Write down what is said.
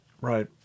Right